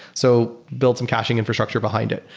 so build some caching infrastructure behind it.